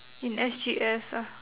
in S_G_S ah